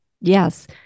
yes